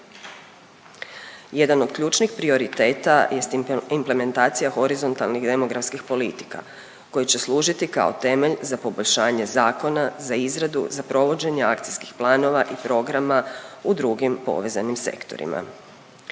Jedan od ključnih prioriteta jest implementacija horizontalnih demografskih politika koji će služiti kao temelj za poboljšanje zakona za izradu za provođenje akcijskih planova i programa u drugim povezanim sektorima.